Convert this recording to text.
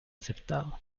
aceptado